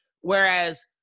whereas